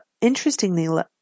interestingly